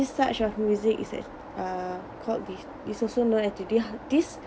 ~is such of music is act~ uh called this this also known as